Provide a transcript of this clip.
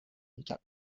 میکرد